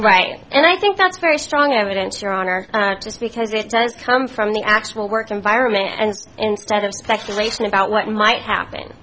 writing and i think that's very strong evidence your honor just because it does come from the actual work environment and instead of speculation about what might happen